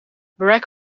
barack